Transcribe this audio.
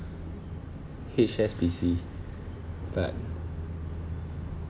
H_S_B_C but